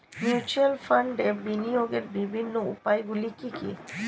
Mutual ফান্ডে বিনিয়োগের বিভিন্ন উপায়গুলি কি কি?